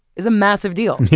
is a massive deal.